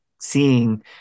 seeing